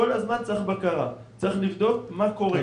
כל הזמן צריך בקרה, צריך לבדוק מה קורה.